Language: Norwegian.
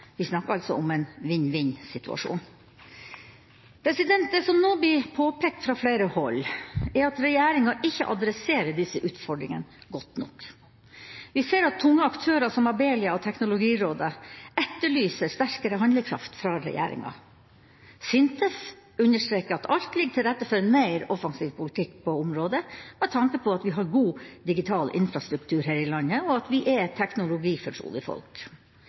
Vi snakker altså om en vinn-vinn-situasjon. Det som nå blir påpekt fra flere hold, er at regjeringa ikke adresserer disse utfordringene godt nok. Vi ser at tunge aktører som Abelia og Teknologirådet etterlyser sterkere handlekraft fra regjeringa. SINTEF understreker at alt ligger til rette for en mer offensiv politikk på området, med tanke på at vi har god digital infrastruktur her i landet, og at vi er et teknologifortrolig folk.